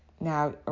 Now